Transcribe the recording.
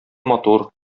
матур